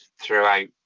throughout